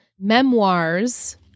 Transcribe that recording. Memoirs